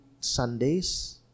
sundays